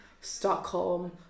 Stockholm